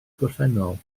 gorffennol